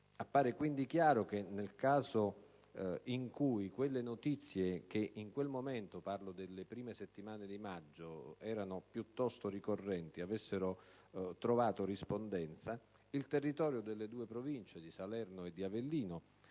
Appare chiaro che, nel caso in cui quelle notizie, che in quel momento ‑ parlo delle prime settimane di maggio ‑ erano piuttosto ricorrenti, avessero trovato rispondenza, il territorio delle due Province di Salerno e di Avellino